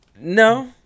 No